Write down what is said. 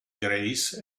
grace